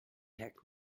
heck